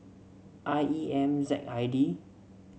I E M Z I D